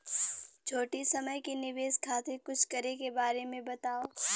छोटी समय के निवेश खातिर कुछ करे के बारे मे बताव?